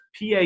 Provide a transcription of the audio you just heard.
PA